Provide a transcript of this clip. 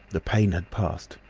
the pain had passed.